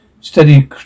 steady